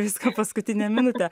viską paskutinę minutę